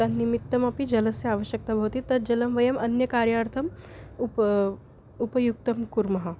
तन्निमित्तमपि जलस्य आवश्यक्ता भवति तद् जलं वयम् अन्यकार्यार्थम् उप उपयुक्तं कुर्मः